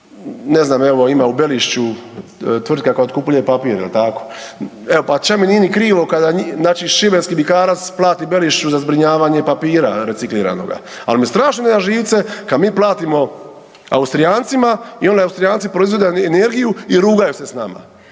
ne znam, evo, ima u Belišću tvrtka koja otkupljuje papir, je li tako? Evo, pa čak mi nije ni krivo kada, znači šibenski Bikarac plati Belišću za zbrinjavanje papira recikliranoga. Ali mi strašno ide na živce kad mi platimo Austrijancima i onda Austrijanci proizvode energiju i rugaju se s nama